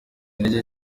intege